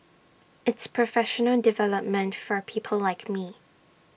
it's professional development for people like me